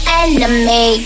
enemy